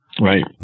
Right